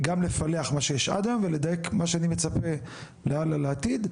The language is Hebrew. לפלח מה שיש עד היום ולדייק מה שאני מצפה הלאה לעתיד.